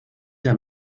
der